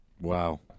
Wow